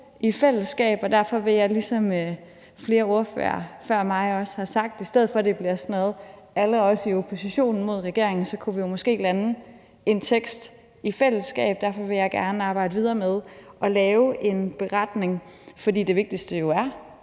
i fællesskab, og derfor vil jeg, ligesom flere ordførere før mig også har sagt, sige, at i stedet for at det bliver sådan noget med alle os i oppositionen mod regeringen, kunne vi måske lande en tekst i fællesskab, og derfor vil jeg gerne arbejde videre med at lave en beretning, for det vigtigste for